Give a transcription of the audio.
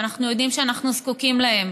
ואנחנו יודעים שאנחנו זקוקים להם,